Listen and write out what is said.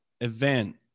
event